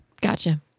Gotcha